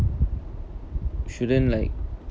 shouldn't like